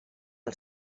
els